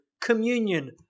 communion